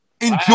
Enjoy